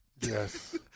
Yes